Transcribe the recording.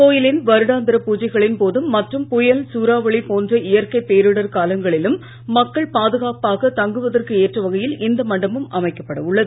கோயிலின் வருடாந்திர பூஜைகளின்போதும் மற்றும் புயல் சூறாவளி போன்ற இயற்கை பேரிடர் காலங்களிலும் மக்கள் பாதுகாப்பாக தங்குவதற்கு ஏற்ற வகையில் இந்த மண்டபம் அமைக்கப்படவுள்ளது